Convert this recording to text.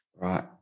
Right